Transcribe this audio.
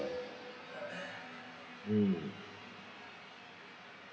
mm